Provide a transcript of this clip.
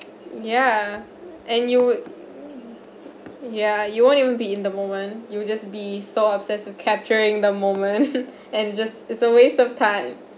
ya and you would ya you won't even be in the moment you will just be so obsessed with capturing the moment and just it's a waste of time